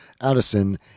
addison